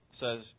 says